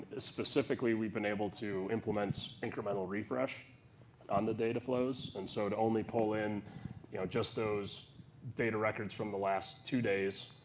ah specifically, we've been able to implement incremental refresh on the data flows, and so it only pulls in you know just those data records from the last two days.